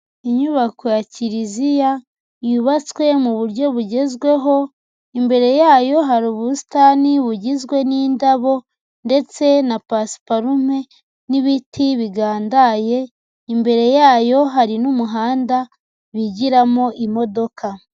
Inyubako ya kiliziya yubatswe mu buryo bugezweho, imbere yayo hari ubusitani bugizwe n'indabo ndetse na pasiparume, n'ibiti bigandaye, imbere yayo hari n'umuhanda bigiramo imodoka.